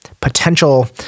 potential